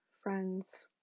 friends